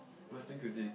western cuisine